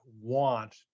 want